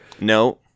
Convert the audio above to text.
no